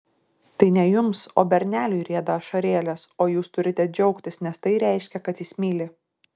tai ne jums o berneliui rieda ašarėlės o jūs turite džiaugtis nes tai reiškia kad jis myli